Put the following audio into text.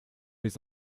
les